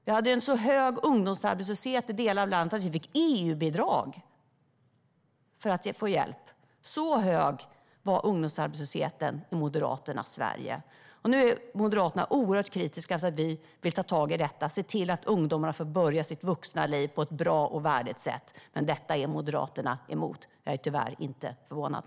Vi hade så hög ungdomsarbetslöshet i delar av landet att vi fick EU-bidrag! Så hög var ungdomsarbetslösheten i Moderaternas Sverige. Nu är Moderaterna oerhört kritiska till att vi vill ta tag i detta och se till att ungdomarna får börja sitt vuxna liv på ett bra och värdigt sätt. Moderaterna är emot detta. Jag är tyvärr inte förvånad.